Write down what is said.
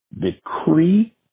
decree